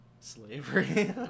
Slavery